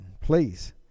Please